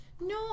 no